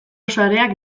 sareak